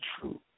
true